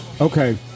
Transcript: okay